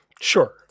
Sure